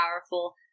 powerful